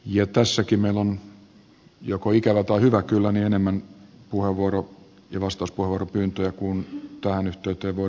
tässäkin meillä on joko ikävä tai hyvä kyllä enemmän puheenvuoro ja vastauspuheenvuoropyyntöjä kuin tähän yhteyteen voidaan ottaa